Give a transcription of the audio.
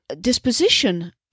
disposition